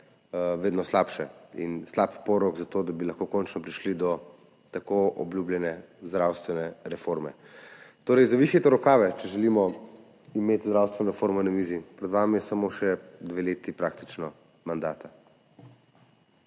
vedno slabše in slab porok za to, da bi lahko končno prišli do tako obljubljene zdravstvene reforme. Torej, zavihajte rokave, če želimo imeti zdravstveno reformo na mizi. Pred vami sta praktično samo še dve leti mandata.